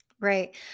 Right